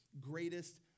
greatest